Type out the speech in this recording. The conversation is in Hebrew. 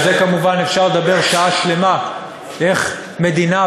ועל זה כמובן אפשר לדבר שעה שלמה: איך מדינה,